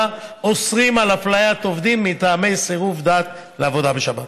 אוסרים על אפליית עובדים מטעמי סירוב דת לעבודה בשבת.